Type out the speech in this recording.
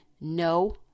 no